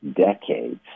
decades